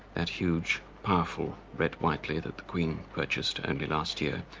that huge powerful brett whitely that the queen purchased only last year,